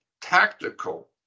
tactical